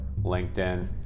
LinkedIn